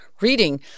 reading